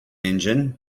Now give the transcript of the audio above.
engine